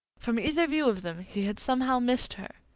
from either view of them he had somehow missed her,